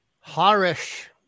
Harish